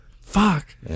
Fuck